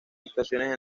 actuaciones